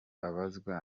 abazwa